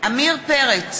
עמיר פרץ,